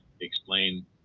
explain